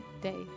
day